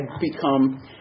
become